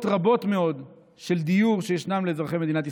רבות מאוד של דיור שישנן לאזרחי מדינת ישראל.